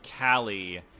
Callie